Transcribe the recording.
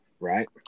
Right